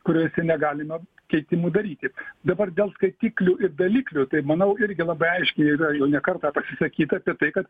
kuriose negalima keitimų daryti dabar dėl skaitiklių ir daliklių tai manau irgi labai aiškiai yra jau ne kartą pasisakyta apie tai kad